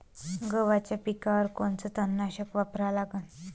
गव्हाच्या पिकावर कोनचं तननाशक वापरा लागन?